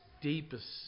deepest